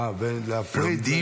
אה, ומפרידים.